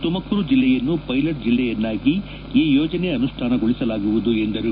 ತುಮಕೂರು ಜಿಲ್ಲೆಯನ್ನು ಪೈಲೆಟ್ ಜಿಲ್ಲೆಯನ್ನಾಗಿ ಈ ಯೋಜನೆ ಅನುಷ್ಠಾನಗೊಳಿಸಲಾಗುವುದು ಎಂದರು